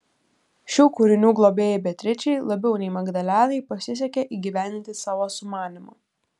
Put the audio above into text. šių kūrinių globėjai beatričei labiau nei magdalenai pasisekė įgyvendinti savo sumanymą